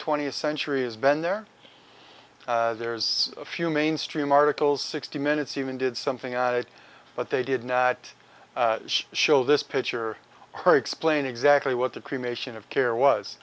twentieth century has been there there is a few mainstream articles sixty minutes even did something on it but they did not show this picture her explain exactly what the cremation of care was